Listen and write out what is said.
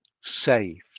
saved